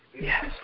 Yes